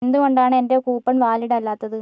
എന്തുകൊണ്ടാണ് എൻ്റെ കൂപ്പൺ വാലിഡല്ലാത്തത്